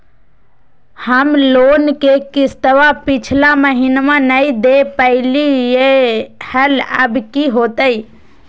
हम लोन के किस्तवा पिछला महिनवा नई दे दे पई लिए लिए हल, अब की होतई?